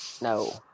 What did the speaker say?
no